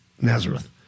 Nazareth